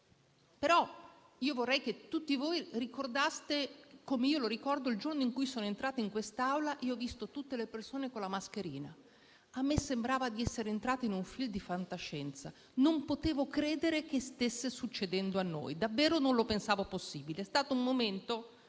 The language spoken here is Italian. ricordato. Vorrei che tutti lo ricordaste, come ricordo il giorno in cui sono entrata in quest'Aula e ho visto tutte le persone con la mascherina: mi sembrava di essere entrata in un film di fantascienza; non potevo credere che stesse succedendo a noi; davvero non lo pensavo possibile ed è stato un momento